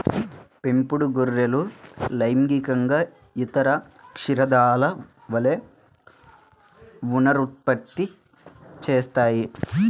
పెంపుడు గొర్రెలు లైంగికంగా ఇతర క్షీరదాల వలె పునరుత్పత్తి చేస్తాయి